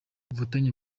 ubufatanye